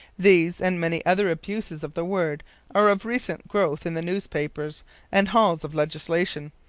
these and many other abuses of the word are of recent growth in the newspapers and halls of legislation.